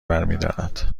برمیدارد